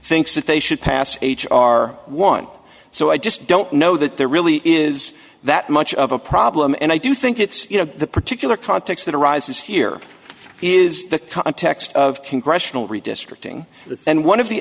thinks that they should pass h r one so i just don't know that there really is that much of a problem and i do think it's the particular context that arises here is the context of congressional redistricting and one of the